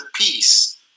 peace